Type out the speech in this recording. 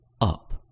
up